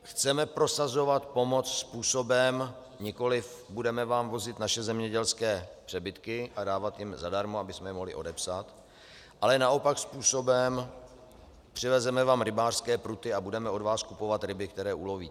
Chceme prosazovat pomoc způsobem: nikoliv budeme vám vozit naše zemědělské přebytky a dávat je zadarmo, abychom je mohli odepsat, ale naopak způsobem: přivezeme vám rybářské pruty a budeme od vás kupovat ryby, které ulovíte.